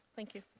thank you.